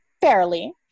fairly